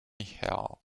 hell